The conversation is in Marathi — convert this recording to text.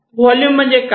व्हॉल्यूम्स म्हणजे काय